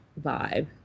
vibe